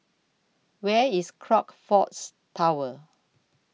Where IS Crockfords Tower